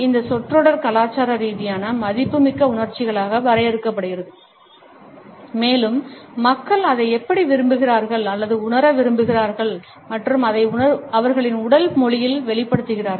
இந்த சொற்றொடர் கலாச்சார ரீதியாக மதிப்புமிக்க உணர்ச்சிகளாக வரையறுக்கப்படுகிறது மேலும் மக்கள் அதை எப்படி விரும்புகிறார்கள் அல்லது உணர விரும்புகிறார்கள் மற்றும் அதை அவர்களின் உடல் மொழியில் வெளிப்படுத்துகிறார்கள்